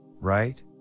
right